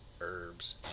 herbs